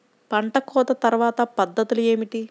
పంట కోత తర్వాత పద్ధతులు ఏమిటి?